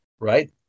right